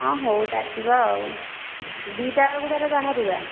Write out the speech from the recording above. ହଁ ହଉ ଡାକିବା ଆଉ ଦୁଇଟା ବେଳକୁ ତା'ହେଲେ ବାହାରିବା